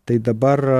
tai dabar